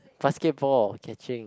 basketball catching